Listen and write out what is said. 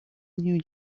new